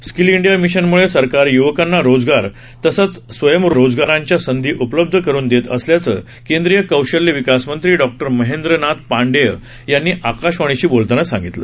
skill India मिशनमुळं सरकार युवकांना रोजगार तसेच स्वयंरोजगाराच्या संधी उपलब्ध करुन देत असल्याचं केंद्रीय कौशल्य विकास मंत्री डॉ महेंद्र नाथ पांडेय यांनी आकाशवाणीशी बोलताना सांगितलं